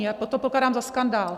Já toto pokládám za skandál.